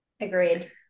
Agreed